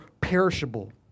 perishable